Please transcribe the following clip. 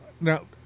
now